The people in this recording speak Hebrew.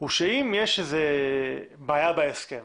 הוא שאם יש איזה בעיה בהסכם